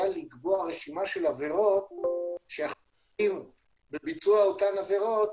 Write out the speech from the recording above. היה לקבוע רשימה של עבירות שהאחראים לביצוע אותן עבירות